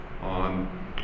on